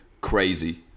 crazy